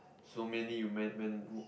so mainly you went went